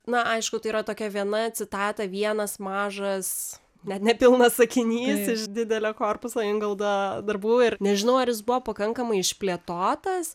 na aišku tai yra tokia viena citata vienas mažas net nepilnas sakinys iš didelio korpuso ingoldo darbų ir nežinau ar jis buvo pakankamai išplėtotas